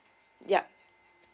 yup